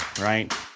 right